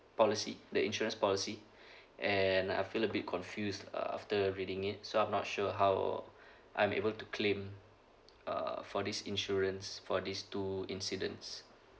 policy the insurance policy and I feel a bit confused uh after reading it so I'm not sure how I'm able to claim uh for this insurance for these two incidents